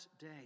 day